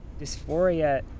Dysphoria